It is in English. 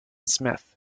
smith